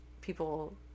people